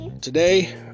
today